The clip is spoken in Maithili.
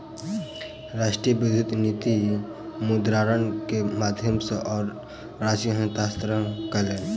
राष्ट्रीय विद्युत निधि मुद्रान्तरण के माध्यम सॅ ओ राशि हस्तांतरण कयलैन